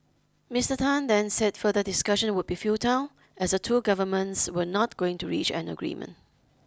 Mister Tan then said further discussion would be futile as the two governments were not going to reach an agreement